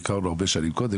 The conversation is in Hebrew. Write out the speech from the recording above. הכרנו הרבה שנים קודם,